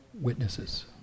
witnesses